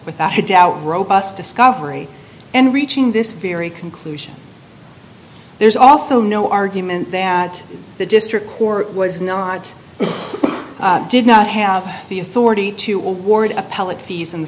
without a doubt robust discovery and reaching this very conclusion there's also no argument that the district court was not did not have the authority to award appellate